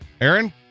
Aaron